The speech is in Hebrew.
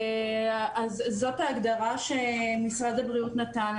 זאת ההגדרה שמשרד הבריאות נתן.